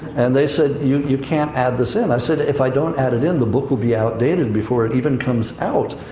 and they said, you, you can't add this in. i said, if i don't add it in, the book will be outdated before it even comes out.